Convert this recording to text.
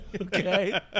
Okay